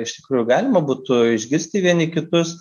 iš tikrųjų galima būtų išgirsti vieni kitus